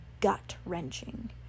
gut-wrenching